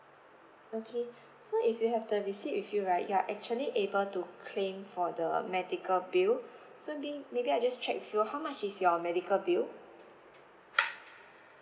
okay so if you have the receipt with you right you're actually able to claim for the medical bill so be maybe I just check with you how much is your medical bill